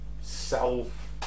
self